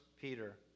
Peter